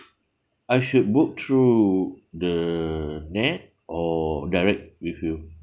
I should book through the net or direct with you